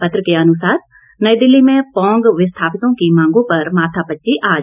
पत्र के अनुसार नई दिल्ली में पौंग विस्थापितों की मांगों पर माथापच्ची आज